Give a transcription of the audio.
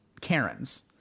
Karens